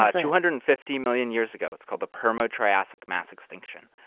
ah two-hundred-fifty million years ago. it's called the permo-triassic mass extinction.